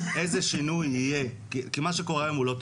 כי מה שקורה היום הוא לא טוב.